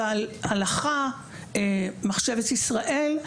הלכה, מחשבת ישראל.